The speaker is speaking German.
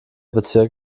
bezirk